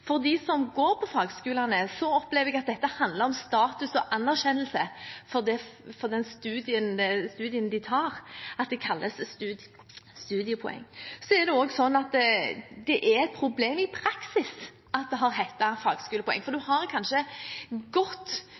For dem som går på fagskolene, opplever jeg at dette handler om status og anerkjennelse for studiet de tar, at det kalles «studiepoeng». Det er også et problem – i praksis – at det har hett «fagskolepoeng», for en har kanskje